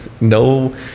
no